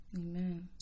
amen